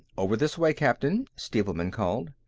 over this way, captain, stevelman called.